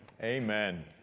amen